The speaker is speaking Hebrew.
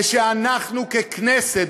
ושאנחנו ככנסת,